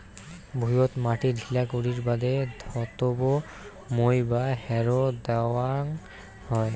ভুঁইয়ত মাটি ঢিলা করির বাদে ধাতব মই বা হ্যারো দ্যাওয়াং হই